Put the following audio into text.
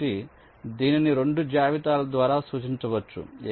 కాబట్టి దీనిని 2 జాబితాల ద్వారా సూచించవచ్చు